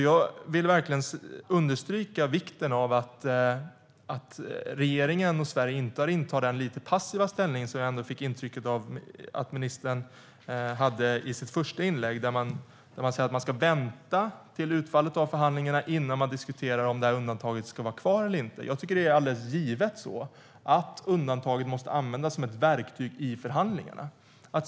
Jag vill verkligen understryka vikten av att regeringen och Sverige inte intar den lite passiva ställning som jag fick intryck av att ministern hade i sitt första inlägg, där hon talade om att man skulle vänta på utfallet av förhandlingarna innan man diskuterar om undantaget ska vara kvar eller inte. Jag tycker att det är alldeles givet att undantaget måste användas som ett verktyg i förhandlingarna.